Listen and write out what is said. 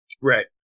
Right